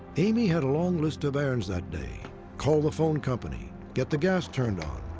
amy had a long list of errands that day call the phone company, get the gas turned on,